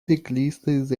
ciclistas